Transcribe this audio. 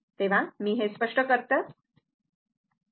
तर मी हे स्पष्ट करते